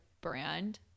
brand